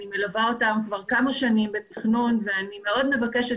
אני מלווה אותם כבר כמה שנים בתכנון ואני מאוד מבקשת